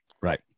Right